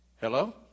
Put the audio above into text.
Hello